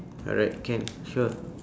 alright can sure